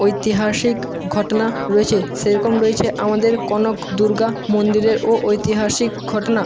ঐতিহাসিক ঘটনা রয়েছে সেরকম রয়েছে আমাদের কনক দুর্গা মন্দিরেরও ঐতিহাসিক ঘটনা